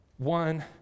One